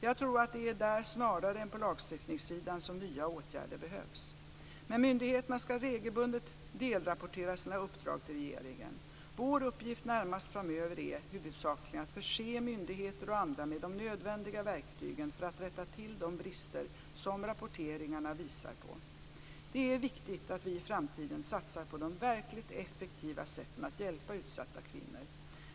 Jag tror att det är där snarare än på lagstiftningssidan som nya åtgärder behövs. Men myndigheterna ska regelbundet delrapportera sina uppdrag till regeringen. Vår uppgift närmast framöver är huvudsakligen att förse myndigheter och andra med de nödvändiga verktygen för att rätta till de brister som rapporteringarna visar på. Det är viktigt att vi i framtiden satsar på de verkligt effektiva sätten att hjälpa utsatta kvinnor.